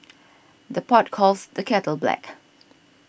the pot calls the kettle black